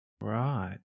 Right